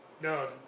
No